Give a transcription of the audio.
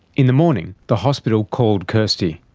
in the morning, the hospital called kirstie.